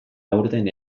aurten